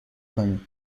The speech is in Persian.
کنید